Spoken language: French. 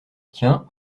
tiens